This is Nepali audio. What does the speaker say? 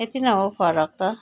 यति नै हो फरक त